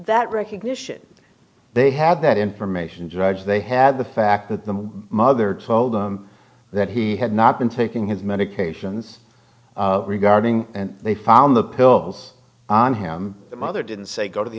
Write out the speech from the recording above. that recognition they had that information judge they had the fact that the mother told them that he had not been taking his medications regarding they found the pills on him the mother didn't say go to the